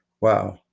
wow